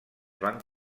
van